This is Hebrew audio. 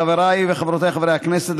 חבריי וחברותיי חברי הכנסת,